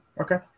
Okay